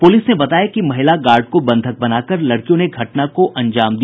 police ने बताया कि महिला गार्ड को बंधक बनाकर लड़कियों ने घटना को अंजाम दिया